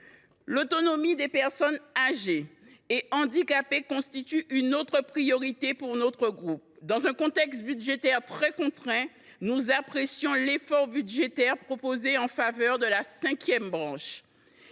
L’autonomie des personnes âgées et handicapées constitue une autre priorité pour notre groupe. Dans un contexte budgétaire très contraint, nous apprécions l’effort budgétaire proposé en faveur de la cinquième branche.